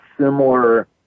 similar